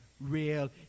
Real